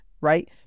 right